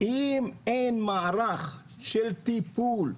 אם אין מערך של טיפול,